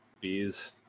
bees